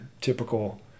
typical